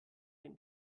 den